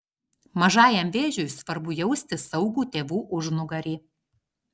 mažajam vėžiui svarbu jausti saugų tėvų užnugarį